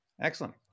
Excellent